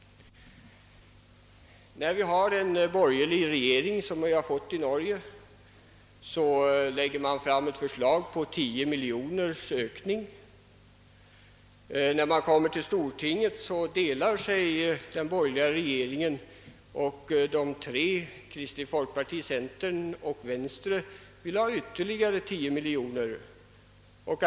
När man nu har fått en borgerlig regering där, lägger den fram ett förslag på en ökning med 10 miljoner kronor. I stortinget delade sig emellertid den borgerliga majoriteten. Kristeligt folkparti, centern och venstre ville anslå ytterligare 10 miljoner kronor.